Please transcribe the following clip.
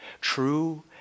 True